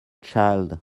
child